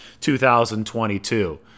2022